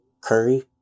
Curry